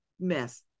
mess